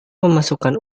memasukkan